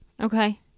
Okay